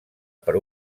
per